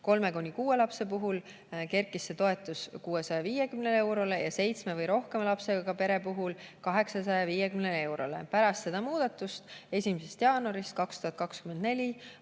kolme kuni kuue lapse puhul kerkis see toetus 650 eurole ja seitsme või rohkema lapsega pere puhul 850 eurole. Pärast seda muudatust 1. jaanuarist 2024